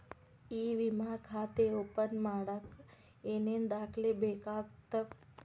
E ವಿಮಾ ಖಾತೆ open ಮಾಡಕ ಏನೇನ್ ದಾಖಲೆ ಬೇಕಾಗತವ